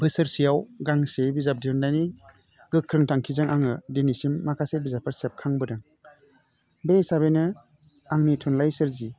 बोसोरसेयाव गांसे बिजाब दिहुन्नायनि गोख्रों थांखिजों आङो दिनैसिम माखासे बिजाबफोर सेबखांबोदों बे हिसाबैनो आंनि थुनलाइ सोरजि